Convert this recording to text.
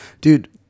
Dude